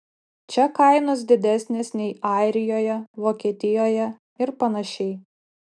čia kainos didesnės nei airijoje vokietijoje ir panašiai